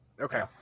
Okay